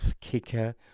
kicker